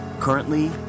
Currently